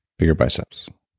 for your biceps